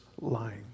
lying